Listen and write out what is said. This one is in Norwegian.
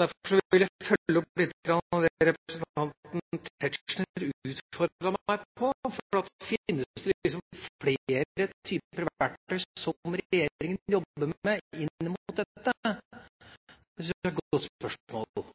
Derfor vil jeg følge opp litt av det representanten Tetzschner utfordret meg på: Finnes det flere typer verktøy som regjeringen jobber med inn mot dette? Det syns jeg er et godt spørsmål.